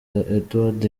eduard